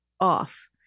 off